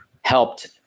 helped